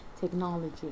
technology